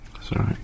Sorry